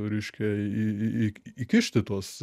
reiškia į į į įkišti tuos